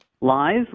live